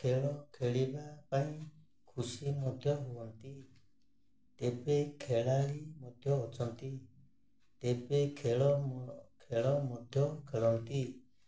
ଖେଳ ଖେଳିବା ପାଇଁ ଖୁସି ମଧ୍ୟ ହୁଅନ୍ତି ତେବେ ଖେଳାଳି ମଧ୍ୟ ଅଛନ୍ତି ତେବେ ଖେଳ ଖେଳ ମଧ୍ୟ ଖେଳନ୍ତି